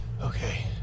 Okay